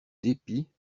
dépit